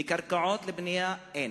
קרקעות לבנייה אין,